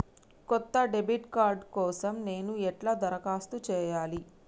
కొత్త debit card కోసం నేను ఎట్లా దరఖాస్తు చేయాలి?